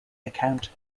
account